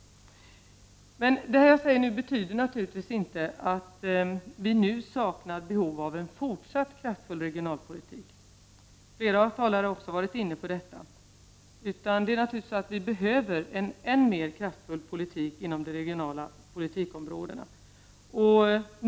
Det jag nu säger betyder naturligtvis inte att vi nu saknar behov av en fortsatt kraftfull regionalpolitik. Nej, vi behöver naturligtvis ännu mer kraftfull politik på dessa områden.